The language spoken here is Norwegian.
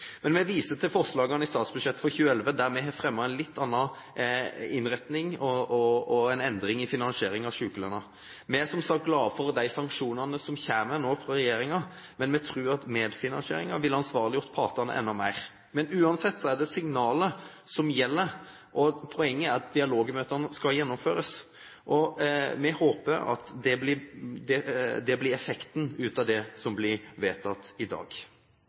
Vi viser til forslagene i statsbudsjettet for 2011 der vi har fremmet en litt annen innretning og en endring av finansieringen av sykelønnsordningen. Vi er som sagt glade for de sanksjonene som nå kommer fra regjeringen, men vi tror at medfinansiering ville ansvarliggjort partene enda mer. Uansett er det signalene som gjelder, og poenget er at dialogmøtene skal gjennomføres. Vi håper at det blir effekten av det som blir vedtatt i dag.